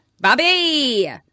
Bobby